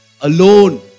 alone